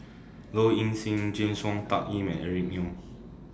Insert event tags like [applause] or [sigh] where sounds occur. Low Ing Sing [noise] James Wong Tuck Yim and Eric Neo